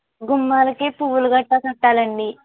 గుమ్మాలకి పువ్వులు గట్టా కట్టాలండి